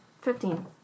Fifteen